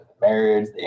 marriage